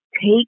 Take